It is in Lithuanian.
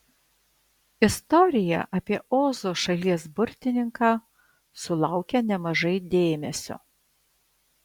istorija apie ozo šalies burtininką sulaukia nemažai dėmesio